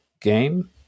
game